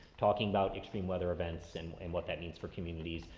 talking about extreme weather events and in what that means for communities,